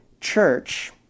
church